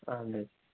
اَہَن حظ